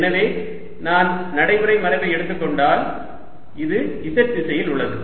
எனவே நான் நடைமுறை மரபை எடுத்துக்கொண்டால் இது z திசையில் உள்ளது